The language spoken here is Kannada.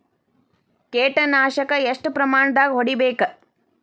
ಕೇಟ ನಾಶಕ ಎಷ್ಟ ಪ್ರಮಾಣದಾಗ್ ಹೊಡಿಬೇಕ?